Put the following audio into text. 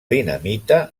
dinamita